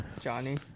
Johnny